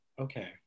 Okay